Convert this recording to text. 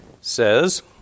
says